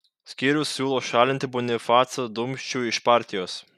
skyrius siūlo šalinti bonifacą dumčių iš partijos